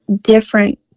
different